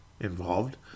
involved